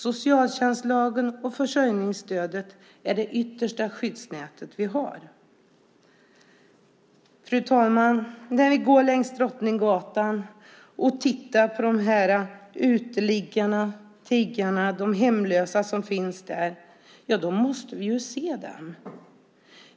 Socialtjänstlagen och försörjningsstödet är det yttersta skyddsnätet vi har. Fru talman! När vi går längs Drottninggatan och tittar på uteliggarna, tiggarna, de hemlösa som finns där måste vi se dem.